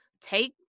take